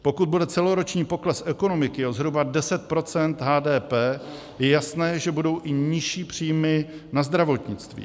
Pokud bude celoroční pokles ekonomiky o zhruba 10 % HDP, je jasné, že budou i nižší příjmy na zdravotnictví.